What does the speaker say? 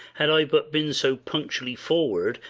had i but been so punctually forward,